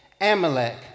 Amalek